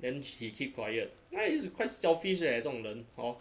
then he keep quiet quite selfish eh 这种人 hor